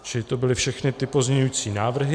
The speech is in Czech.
Čili to byly všechny pozměňující návrhy.